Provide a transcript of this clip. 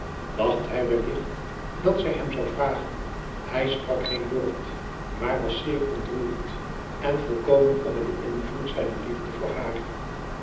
dacht hij wellicht dat zij hem zou vragen hij sprak geen woord maar was zeer ontroerd en volkomen onder den invloed zijner liefde voor haar